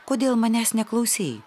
kodėl manęs neklausei